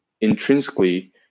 intrinsically